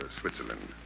Switzerland